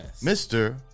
Mr